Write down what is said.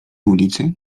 ulicy